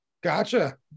gotcha